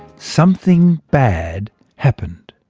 something bad happened.